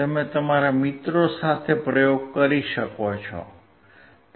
તમે તમારા મિત્રો સાથે પ્રયોગ કરી શકો છો